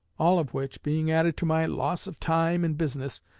all of which, being added to my loss of time and business,